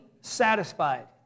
satisfied